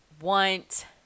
want